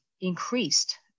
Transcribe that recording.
increased